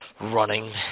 running